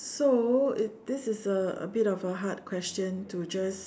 so if this is a a bit of a hard question to just